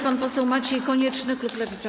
Pan poseł Maciej Konieczny, klub Lewicy.